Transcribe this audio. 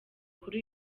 kuri